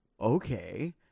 Okay